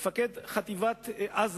מפקד אוגדת עזה